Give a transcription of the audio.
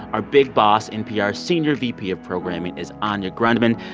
our big boss, npr's senior vp of programming, is anya grundmann.